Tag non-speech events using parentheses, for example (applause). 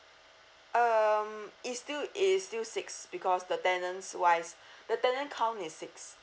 um it's still it is still six because the tenants wise (breath) the tenant come in six